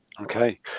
Okay